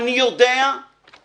אני יודע שאתה